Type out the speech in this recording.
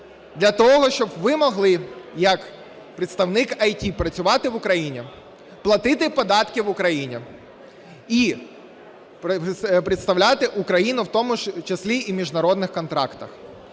для того, щоб ви могли як представник ІТ працювати в Україні, платити податки в Україні і представляти Україну в тому ж числі і в міжнародних контрактах.